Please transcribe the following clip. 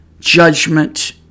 judgment